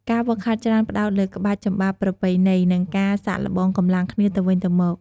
ការហ្វឹកហាត់ច្រើនផ្ដោតលើក្បាច់ចំបាប់ប្រពៃណី និងការសាកល្បងកម្លាំងគ្នាទៅវិញទៅមក។